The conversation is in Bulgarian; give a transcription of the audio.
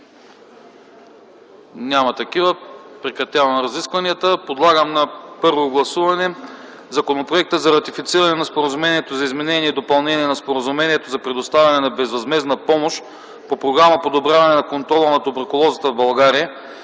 Няма. Прекратявам разискванията. Подлагам на първо гласуване Законопроекта за ратифициране на Споразумението за изменение и допълнение на Споразумението за предоставяне на безвъзмездна помощ по Програма „Подобряване на контрола на туберкулозата в България”